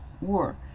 war